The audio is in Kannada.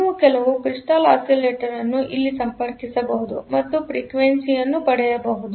ನೀವು ಕೆಲವು ಕ್ರಿಸ್ಟಲ್ ಆಸಿಲೆಟರ್ ಅನ್ನು ಇಲ್ಲಿ ಸಂಪರ್ಕಿಸಬಹುದು ಮತ್ತು ಫ್ರೀಕ್ವೆನ್ಸಿ ಅನ್ನು ಪಡೆಯಬಹುದು